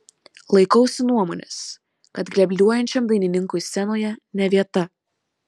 laikausi nuomonės kad grebluojančiam dainininkui scenoje ne vieta